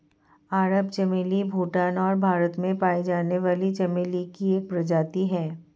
अरब चमेली भूटान और भारत में पाई जाने वाली चमेली की एक प्रजाति है